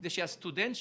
כדי שהסטודנט,